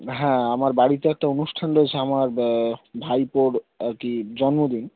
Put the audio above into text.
হ্যাঁ আমার বাড়িতে একটা অনুষ্ঠান রয়েছে আমার ভাইপোর আর কি জন্মদিন